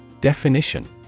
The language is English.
Definition